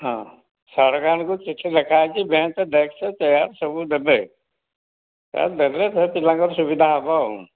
ହଁ ସରକାରଙ୍କୁ ଚିଠି ଲେଖା ହୋଇଛି ବେଞ୍ଚ୍ ଡେସ୍କ୍ ଚେୟାର୍ ସବୁ ଦେବେ ଏ ଦେବେ ଫେର୍ ପିଲାଙ୍କର ସୁବିଧା ହେବ ଆଉ